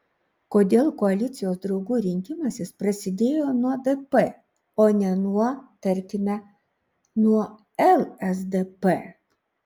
kodėl koalicijos draugų rinkimasis prasidėjo nuo dp o ne nuo tarkime nuo lsdp